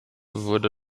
wurde